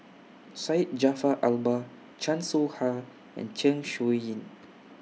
Syed Jaafar Albar Chan Soh Ha and Zeng Shouyin